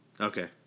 Okay